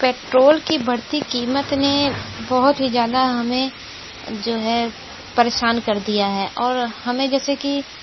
petrol की बढ़ती कीमत ने बहुत ही ज़्यादा हमें जो है परेशान कर दिया है और हमें जैसे कि